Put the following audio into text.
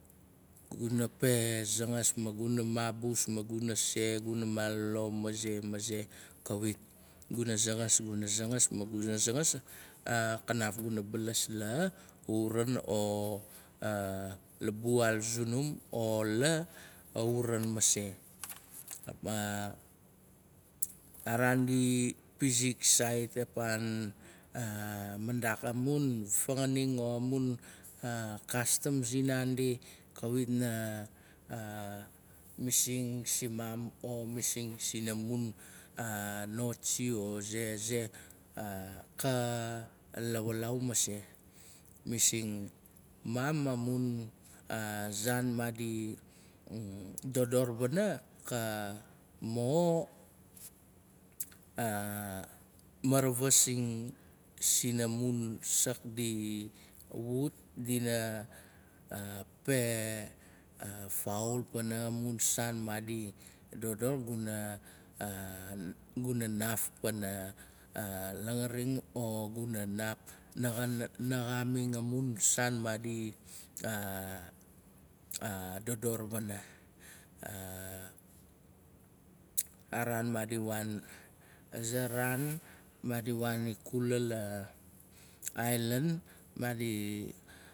Gun pe zangas maguna maabus maguna se maguna malolo maze. maze kawit. Guna zangas guna zangas. maguna zangas kanaf guna balas la uran o la bual sunum. o la uran mase. Ma araan di pizik sait apan. Mandak amun fanganing o kastam sin naandi. kawit na masing simaam o masing sina mun notsi o ze. ze. ka lawalaau mase. Masing maam amun zaan maadi dodor wana. ka mo maravasing sina mun sak di wut. dina pe faul pana mun saan. maadi dodor wana. Guna naaf langaring o guna naaf naxaming amun saan maadi dodor wana. Araan maadi. waan. aza raan maadi waan ikula la ailan